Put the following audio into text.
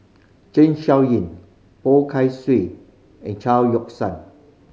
Zeng Shouyin Poh Kay Swee and Chao Yoke San